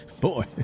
Boy